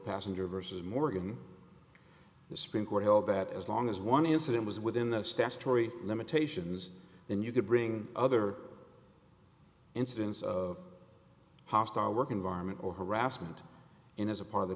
passenger vs morgan the supreme court held that as long as one incident was within the statutory limitations then you could bring other incidents of hostile work environment or harassment in as a part of the